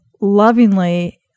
lovingly